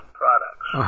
products